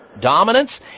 dominance